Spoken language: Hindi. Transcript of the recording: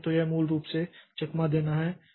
तो यह मूल रूप से चकमा देना है